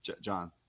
John